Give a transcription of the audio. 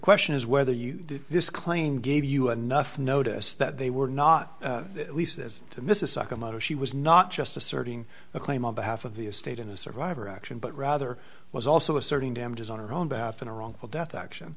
question is whether you did this claim gave you enough notice that they were not at least as to mrs psychomotor she was not just asserting a claim on behalf of the estate in the survivor action but rather was also asserting damages on her own behalf in a wrongful death action